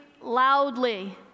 loudly